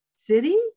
City